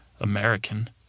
american